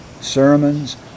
sermons